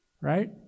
Right